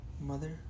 Mother